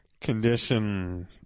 condition